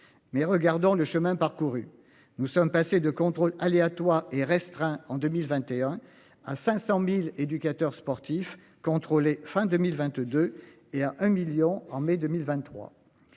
Mais regardons le chemin parcouru. Nous sommes passés de contrôles aléatoires et restreint en 2021 à 500.000 éducateurs sportifs contrôlés fin 2022 et à 1 million en mai 2023.